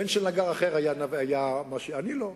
בן של נגר אחר היה נביא, אני לא.